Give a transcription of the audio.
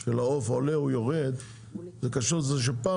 של העוף עולה או יורד זה קשור לזה שפעם